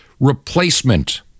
Replacement